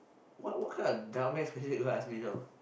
what what kind of dumbass question are you gonna ask me now